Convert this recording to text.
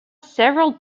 several